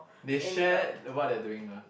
that share what they're doing ah